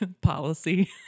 Policy